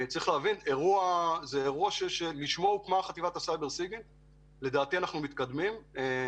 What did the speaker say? שזה אירוע שלשמו הוקמה חטיבת הסייבר ויש בכך התקדמות רבה.